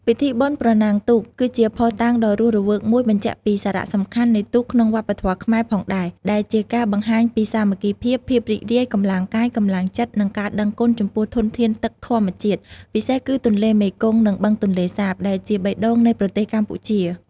ពិធីបុណ្យប្រណាំងទូក ក៏ជាភស្តុតាងដ៏រស់រវើកមួយបញ្ជាក់ពីសារៈសំខាន់នៃទូកក្នុងវប្បធម៌ខ្មែរផងដែរ ដែលជាការបង្ហាញពីសាមគ្គីភាព ភាពរីករាយ កម្លាំងកាយ កម្លាំងចិត្ត និងការដឹងគុណចំពោះធនធានទឹកធម្មជាតិ ពិសេសគឺទន្លេមេគង្គ និងបឹងទន្លេសាប ដែលជាបេះដូងនៃប្រទេសកម្ពុជា។